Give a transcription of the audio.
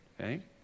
Okay